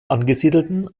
angesiedelten